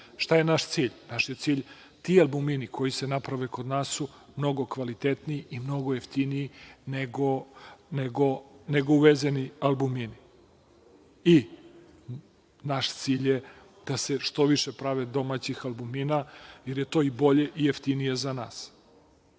Šta je naš cilj? Ti albumini koji se naprave kod nas su mnogo kvalitetniji i mnogo jeftiniji nego uvezeni albumini. Naš cilj je da se što više pravi domaćih albumina, jer je to i bolje i jeftinije za